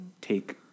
take